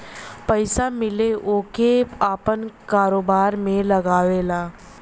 पइसा मिले ओके आपन कारोबार में लगावेला